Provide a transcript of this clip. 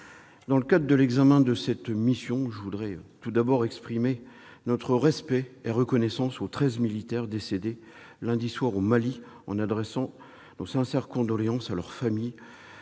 dans le cadre de l'examen de cette mission, je voudrais d'abord exprimer notre respect et notre reconnaissance aux treize militaires décédés lundi soir, au Mali, en adressant nos sincères condoléances à leurs familles